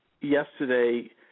yesterday